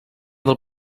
del